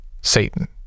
Satan